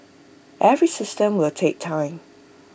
every system will take time